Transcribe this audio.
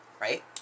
right